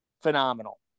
phenomenal